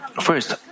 first